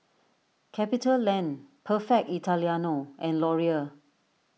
CapitaLand Perfect Italiano and Laurier